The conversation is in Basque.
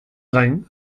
gain